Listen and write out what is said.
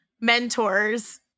mentors